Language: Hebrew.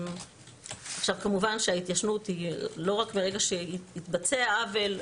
כמובן שההתיישנות היא לא רק מרגע שהתבצע העוול,